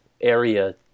area